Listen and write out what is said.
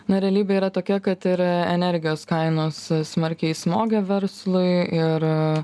na realybė yra tokia kad ir energijos kainos smarkiai smogė verslui ir